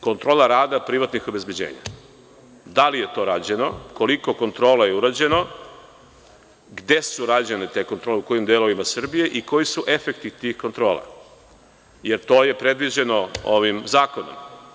Kontrola rada privatnih obezbeđenja, da li je to rađeno, koliko kontrola je urađeno, gde su rađene te kontrole u kojim delovima Srbije i koji su efekti tih kontrola, jer to je predviđeno ovim zakonom?